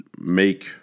make